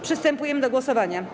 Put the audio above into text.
Przystępujemy do głosowania.